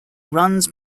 runs